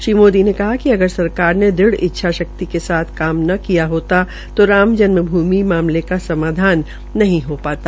श्री मोदी ने कहा कि अगर सरकार ने दृढ़ इच्छा शक्ति के साथ काम न किया होता तो राम जन्म भूमि मामले का समाधान नहीं हो पाता